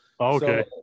okay